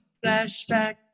flashback